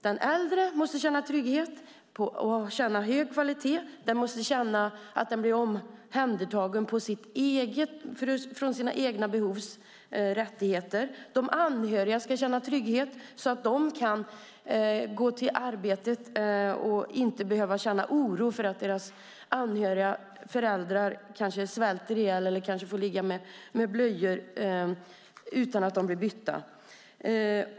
De äldre måste känna trygghet i att det är hög kvalitet, i att de blir omhändertagna och får sina behov och rättigheter tillgodosedda. De anhöriga ska känna trygghet, så att de kan gå till arbetet utan att behöva känna oro för att deras föräldrar eller andra anhöriga kanske svälter ihjäl eller får ligga med blöjor utan att de blir bytta.